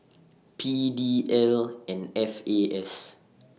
P D L and F A S